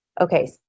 Okay